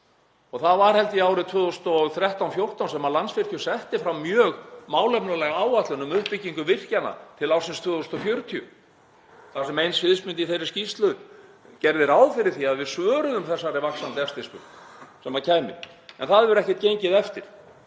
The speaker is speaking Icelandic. Það var held ég árið 2013/14 sem Landsvirkjun setti fram mjög málefnalega áætlun um uppbyggingu virkjana til ársins 2040. Ein sviðsmynd í þeirri skýrslu gerði ráð fyrir því að við svöruðum þessari vaxandi eftirspurn sem kæmi en það hefur ekkert gengið eftir.